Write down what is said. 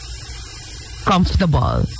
comfortable